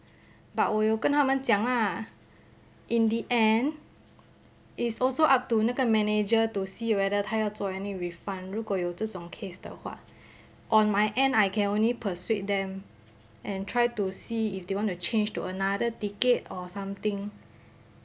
but 我有跟他们讲 lah in the end it's also up to 那个 manager to see whether 他要做 any refund 如果有这种 case 的话 on my end I can only persuade them and try to see if they want to change to another ticket or something